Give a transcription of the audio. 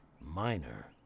minor